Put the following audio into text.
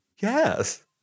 Yes